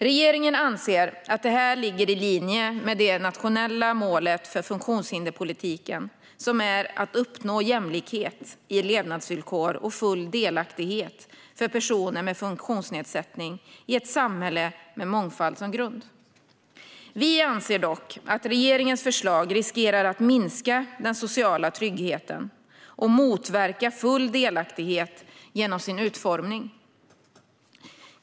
Regeringen anser att detta ligger i linje med det nationella målet för funktionshinderspolitiken, som är att uppnå jämlikhet i levnadsvillkor och full delaktighet för personer med funktionsnedsättning i ett samhälle med mångfald som grund. Vi anser dock att regeringens förslag riskerar att minska den sociala tryggheten och motverka full delaktighet genom sin utformning.